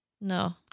no